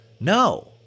no